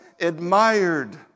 admired